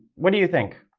what do you think?